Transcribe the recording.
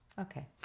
Okay